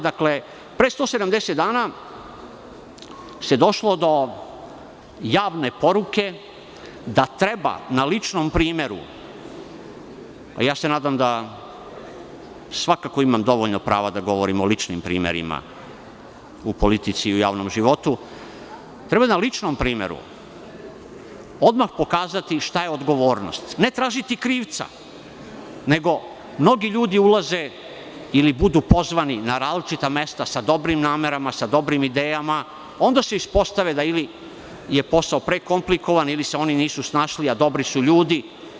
Dakle pre 170 dana se došlo javne poruke da treba na ličnom primeru, a nadam se da imam dovoljno prava da govorim o ličnim primerima u politici i javnom životu, treba na ličnom primeru odmah pokazati šta je odgovornost, ne tražiti krivca, nego mnogi ljudi ulaze i budu pozvani na različita mesta sa dobrim namerama, sa dobrim idejama, onda se ispostavi da je ili posao prekomlikovan ili se oni nisu snašli, a dobri su ljudi.